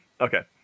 okay